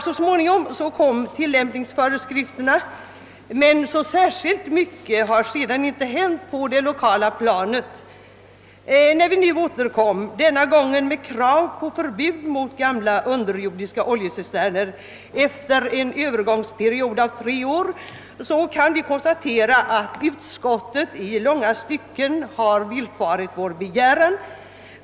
Så småningom kom tillämpningsföreskrifterna men så särskilt mycket har sedan dess inte hänt på det lokala planet. När vi den här gången återkommer med krav på förbud mot gamla underjordiska oljecisterner efter en övergångsperiod på tre år kan vi konstatera att utskottet i långa stycken har villfarit vår begäran.